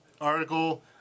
article